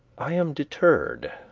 i am deterred,